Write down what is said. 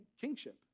kingship